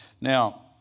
Now